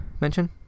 mention